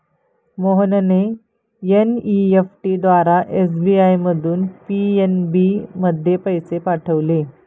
मोहनने एन.ई.एफ.टी द्वारा एस.बी.आय मधून पी.एन.बी मध्ये पैसे पाठवले